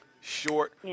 Short